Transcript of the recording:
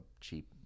cheap